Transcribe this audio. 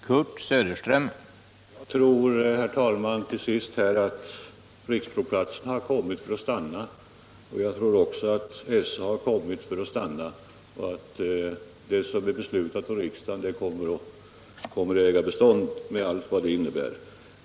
Herr talman! Jag tror att riksprovplatssystemet och SA har kommit för att stanna liksom att det som har beslutats av riksdagen kommer att äga bestånd med allt vad det innebär.